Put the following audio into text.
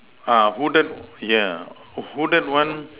ah hooded yeah hooded one